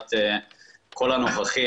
ותודת כל הנוכחים.